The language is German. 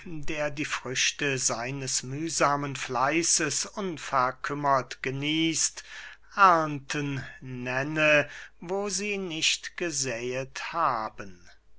der die früchte seines mühsamen fleißes unverkümmert genießt ernten neune wo sie nicht gesäet haben